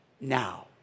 now